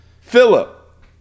Philip